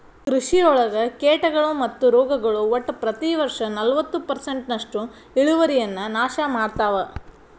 ಕೃಷಿಯೊಳಗ ಕೇಟಗಳು ಮತ್ತು ರೋಗಗಳು ಒಟ್ಟ ಪ್ರತಿ ವರ್ಷನಲವತ್ತು ಪರ್ಸೆಂಟ್ನಷ್ಟು ಇಳುವರಿಯನ್ನ ನಾಶ ಮಾಡ್ತಾವ